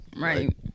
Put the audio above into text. right